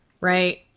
right